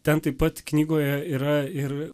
ten taip pat knygoje yra ir